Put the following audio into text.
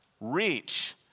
reach